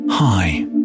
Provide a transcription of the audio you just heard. Hi